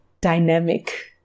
dynamic